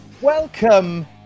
welcome